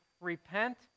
repent